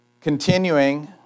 Continuing